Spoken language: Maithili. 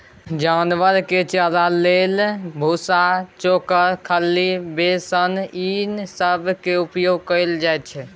जानवर के चारा लेल भुस्सा, चोकर, खल्ली, बेसन ई सब केर उपयोग कएल जाइ छै